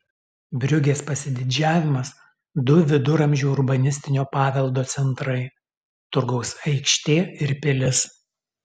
briugės pasididžiavimas du viduramžių urbanistinio paveldo centrai turgaus aikštė ir pilis